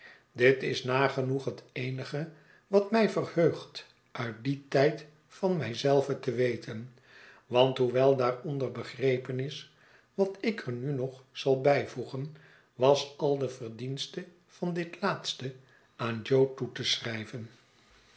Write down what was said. dit is nagenoeg het eenige wat mtj verheugt uit dien tijd van mij zelven te weten want hoewel daaronder begrepen is wat ik er nu nog zal bijvoegen was al de veidienste van dit laatste aan jo toe te schrijven